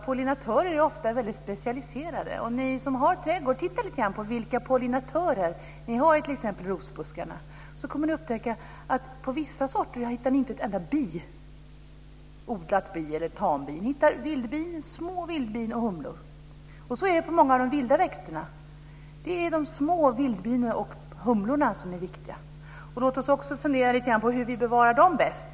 Pollinatörer är ofta väldigt specialiserade. Och ni som har trädgård, titta lite grann på vilka pollinatörer som ni har i t.ex. rosbuskarna. Då kommer ni att upptäcka att ni på vissa sorter inte hittar ett enda odlat bi, eller tambi. Ni hittar små vildbin och humlor. Och så är det på många av de vilda växterna. Det är de små vildbina och humlorna som är viktiga. Låt oss också fundera lite grann på hur vi bevarar dem bäst.